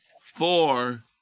Four